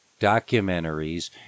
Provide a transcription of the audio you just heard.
documentaries